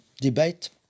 debate